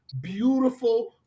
beautiful